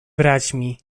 braćmi